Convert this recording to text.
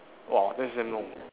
!wah! that's damn long